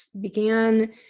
began